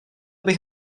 bych